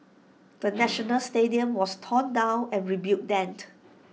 the national stadium was torn down and rebuilt